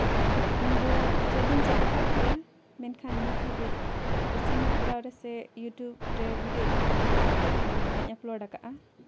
ᱤᱧᱫᱚ ᱪᱮᱫ ᱫᱚᱧ ᱪᱮᱫ ᱟᱠᱟᱫ ᱜᱮᱭᱟ ᱢᱮᱱᱠᱷᱟᱱ ᱱᱤᱛ ᱦᱟᱹᱵᱤᱡ ᱤᱥᱤᱱ ᱦᱮᱯᱨᱟᱣ ᱨᱮᱥᱮ ᱤᱭᱩᱴᱩᱵᱽ ᱨᱮ ᱵᱷᱤᱰᱭᱳ ᱫᱚ ᱵᱟᱹᱧ ᱟᱯᱞᱳᱰ